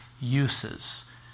uses